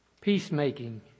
peacemaking